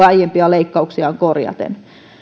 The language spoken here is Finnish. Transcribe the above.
aiempia leikkauksiaan korjaten